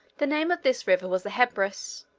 the name of this river was the hebrus.